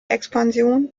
expansion